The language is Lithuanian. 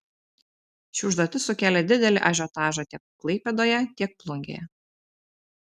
ši užduotis sukėlė didelį ažiotažą tiek klaipėdoje tiek plungėje